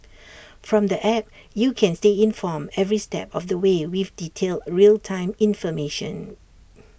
from the app you can stay informed every step of the way with detailed real time information